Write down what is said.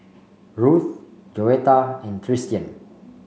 Ruth Joetta and Tristian